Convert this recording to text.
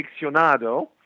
Aficionado